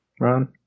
Ron